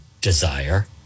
desire